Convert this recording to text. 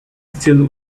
still